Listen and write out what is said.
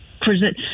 present